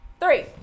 three